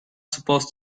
supposed